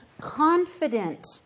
Confident